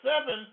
seven